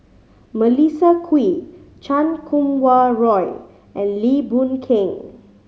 Melissa Kwee Chan Kum Wah Roy and Lim Boon Keng